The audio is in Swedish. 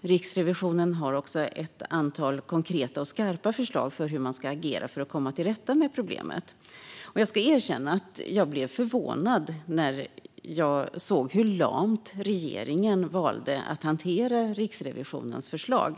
Riksrevisionen har också ett antal konkreta och skarpa förslag på hur man ska agera för att komma till rätta med problemet. Jag ska erkänna att jag blev förvånad när jag såg hur lamt regeringen valde att hantera Riksrevisionens förslag.